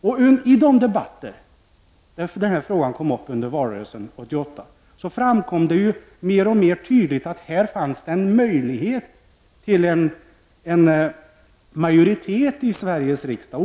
Under valrörelsen 1988 framkom mer och mer tydligt att här finns en möjlighet till en majoritet i Sveriges riksdag.